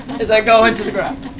as i go into the ground.